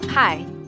Hi